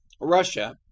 Russia